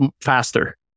faster